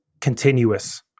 continuous